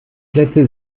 plätze